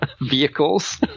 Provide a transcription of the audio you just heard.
vehicles